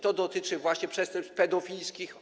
To dotyczy właśnie przestępstw pedofilskich.